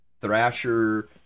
Thrasher